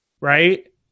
right